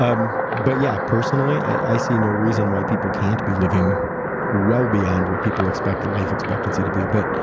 um but yeah, personally i see no reason why people can't be living well beyond what people expect life expectancy to be. but